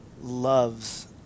loves